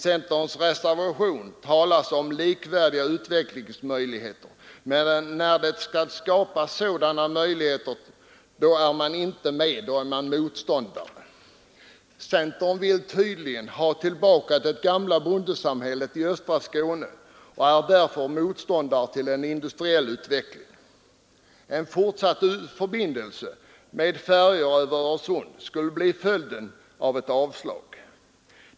I centerns reservation talas om likvärdiga utvecklingsmöjligheter, men när det skall skapas sådana möjligheter, då är man motståndare. Centern vill tydligen ha tillbaka det gamla bondesamhället i östra Skåne och är därför motståndare till en industriell utveckling. En fortsatt förbindelse med färjor över Öresund skulle bli följden av ett avslag.